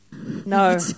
No